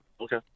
Okay